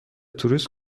توریست